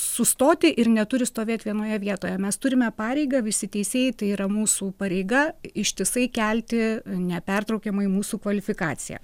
sustoti ir neturi stovėt vienoje vietoje mes turime pareigą visi teisėjai tai yra mūsų pareiga ištisai kelti nepertraukiamai mūsų kvalifikaciją